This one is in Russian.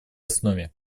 основе